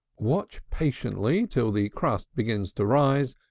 watch patiently till the crust begins to rise,